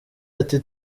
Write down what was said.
ati